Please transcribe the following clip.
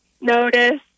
notice